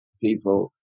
people